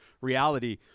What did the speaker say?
reality